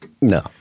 No